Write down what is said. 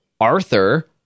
arthur